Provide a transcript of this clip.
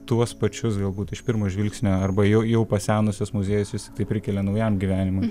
tuos pačius galbūt iš pirmo žvilgsnio arba jau jau pasenusias muziejus vis tiktai prikelia naujam gyvenimui